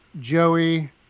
Joey